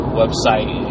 website